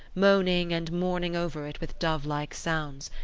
moaning and mourning over it with dove-like sounds.